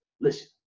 Listen